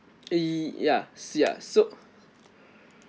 err ya ya so